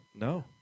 No